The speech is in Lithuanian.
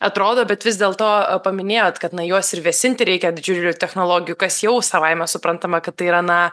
atrodo bet vis dėl to paminėjot kad na juos ir vėsinti reikia didžiulių technologijų kas jau savaime suprantama kad tai yra na